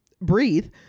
breathe